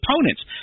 opponents